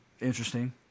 interesting